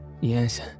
Yes